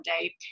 day